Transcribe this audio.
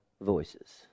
voices